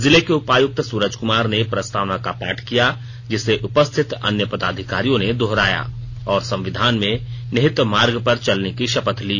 जिले के उपायुक्त सूरज कुमार ने प्रस्तावना का पाठ किया जिसे उपस्थित अन्य पदाधिकारियों ने दोहराया और संविधान में निहित मार्ग पर चलने की शपथ ली